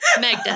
Meg